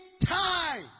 time